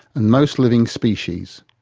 and most living species.